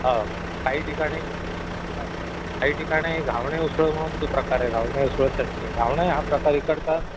हाव काही ठिकाणी काही ठिकाणी घावण्या उसळ म्हणून जो प्रकार आहे घावणे उसळ चटणी घावणे हा प्रकार इकडता